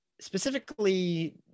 specifically